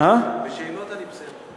בשאלות אני בסדר.